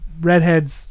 redhead's